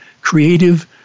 creative